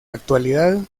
actualidad